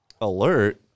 Alert